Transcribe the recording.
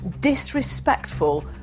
disrespectful